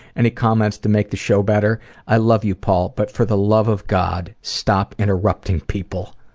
any comments to make the show better i love you paul, but for the love of god, stop interrupting people.